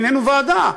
מינינו ועדה,